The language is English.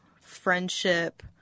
friendship